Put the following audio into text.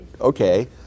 okay